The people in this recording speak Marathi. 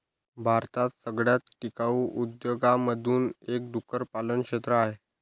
भारतात सगळ्यात टिकाऊ उद्योगांमधून एक डुक्कर पालन क्षेत्र आहे